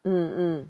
mm mm